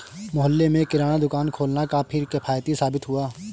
मोहल्ले में किराना दुकान खोलना काफी किफ़ायती साबित हुआ